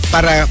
Para